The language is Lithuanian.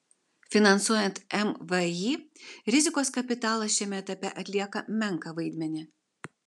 finansuojant mvį rizikos kapitalas šiame etape atlieka menką vaidmenį